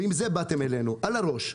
עם זה באתם אלינו מעל הראש.